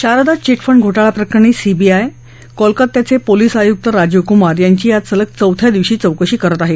Sharda chit fund घोटाळा प्रकरणी CBI कोलकत्याचे पोलीस आयुक्त राजीव कुमार यांची आज सलग चौथ्या दिवशी चौकशी करत आहे